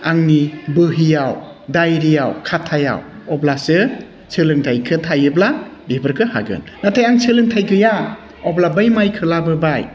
आंनि बहियाव डायरियाव खातायाव अब्लासो सोलोंथाइखौ थायोब्ला बेफोरखौ हागोन नाथाय आं सोलोंथाइ गैया अब्ला बै माइखौ लाबोबाय